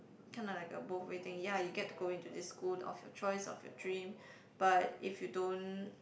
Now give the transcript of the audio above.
kinda like a both way thing ya you get to go into this school of your choice of your dream but if you don't